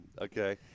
Okay